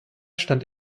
stand